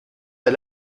pas